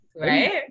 right